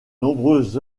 nombreuses